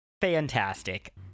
fantastic